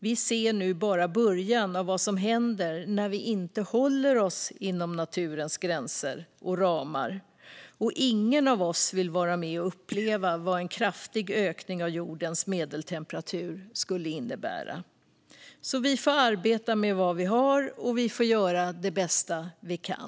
Vi ser nu bara början av vad som händer när vi inte håller oss inom naturens gränser och ramar, och ingen av oss vill vara med och uppleva vad en kraftig ökning av jordens medeltemperatur skulle innebära. Vi får arbeta med vad vi har, och vi får göra det bästa vi kan.